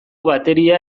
bateria